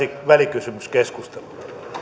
välikysymyskeskustelua